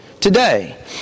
today